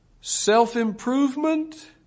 self-improvement